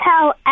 tell